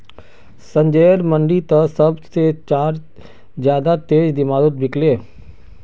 संजयर मंडी त सब से चार ज्यादा तेज़ दामोंत बिकल्ये